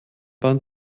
waren